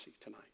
tonight